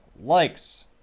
likes